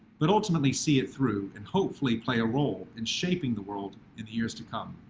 but ultimately see it through and hopefully play a role in shaping the world in the years to come.